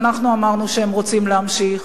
ואנחנו אמרנו שהם רוצים להמשיך,